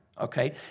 okay